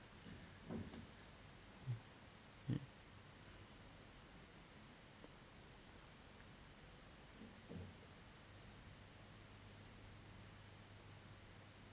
mm mm